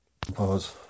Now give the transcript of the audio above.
Pause